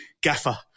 Gaffer